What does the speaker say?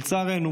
לצערנו,